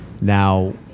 Now